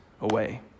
away